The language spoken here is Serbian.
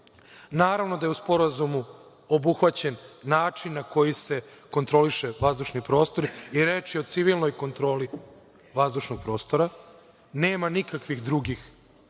Naravno da je u Sporazumu obuhvaćen način na koji se kontroliše vazdušni prostor i reč je o civilnoj kontroli vazdušnog prostora. Nema nikakvih drugih premisa